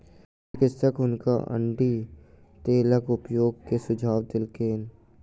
चिकित्सक हुनका अण्डी तेलक उपयोग के सुझाव देलकैन